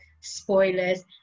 spoilers